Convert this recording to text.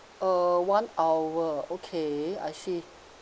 uh one hour okay I see